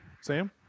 Sam